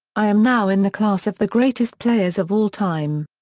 i am now in the class of the greatest players of all time.